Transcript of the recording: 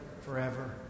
forever